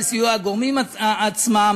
בסיוע הגורמים עצמם,